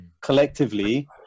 collectively